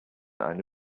eine